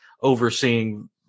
overseeing